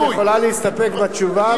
את יכולה להסתפק בתשובה,